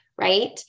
right